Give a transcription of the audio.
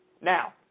Now